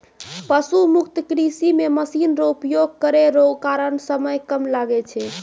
पशु मुक्त कृषि मे मशीन रो उपयोग करै रो कारण समय कम लागै छै